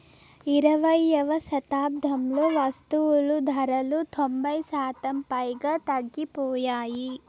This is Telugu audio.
ఇరవైయవ శతాబ్దంలో వస్తువులు ధరలు తొంభై శాతం పైగా తగ్గిపోయాయి